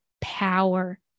power